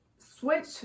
switch